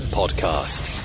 podcast